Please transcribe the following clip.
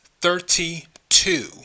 thirty-two